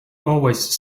always